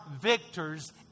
victors